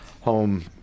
home